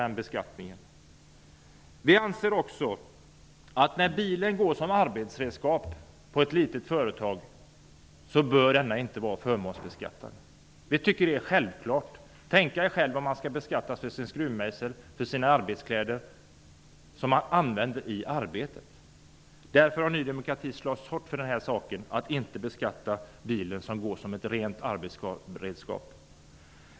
När bilen används som arbetsredskap på ett litet företag bör den inte vara förmånsbeskattad. Det är självklart. Tänk om man skulle beskattas för sin skruvmejsel och sina arbetskläder som man använder i arbetet. Ny demokrati har slagits hårt för att bilar som används som arbetsredskap inte skall beskattas.